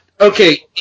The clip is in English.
okay